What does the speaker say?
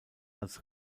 als